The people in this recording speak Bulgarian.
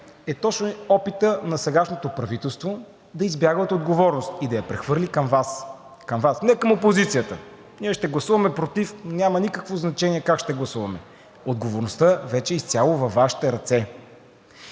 е точно опитът на сегашното правителство да избяга от отговорност и да я прехвърли към Вас. Към Вас, не към опозицията! Ние ще гласуваме против – няма никакво значение как ще гласуваме. Отговорността вече е изцяло във Вашите ръце.